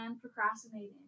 Procrastinating